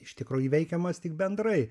iš tikro įveikiamas tik bendrai